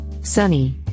sunny